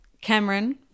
Cameron